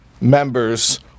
members